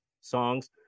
songs